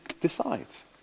decides